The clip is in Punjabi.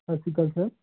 ਸਤਿ ਸ਼੍ਰੀ ਅਕਾਲ ਸਰ